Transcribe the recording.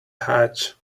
hatch